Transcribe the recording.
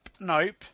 nope